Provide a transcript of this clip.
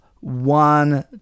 one